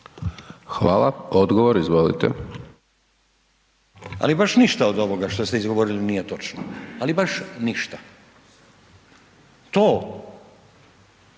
Nenad (SDP)** Ali baš ništa od ovoga što ste izgovorili nije točno, ali baš ništa. To